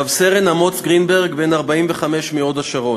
רב-סרן אמוץ גרינברג, בן 45, מהוד-השרון,